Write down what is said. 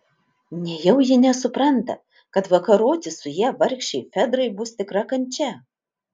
nejau ji nesupranta kad vakaroti su ja vargšei fedrai bus tikra kančia